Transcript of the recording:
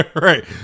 Right